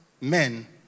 men